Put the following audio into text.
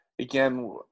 again